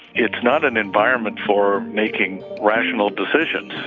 it's not an environment for making rational decisions